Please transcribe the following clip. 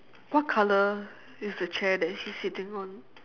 what color is the chair that he's sitting on